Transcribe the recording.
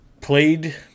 played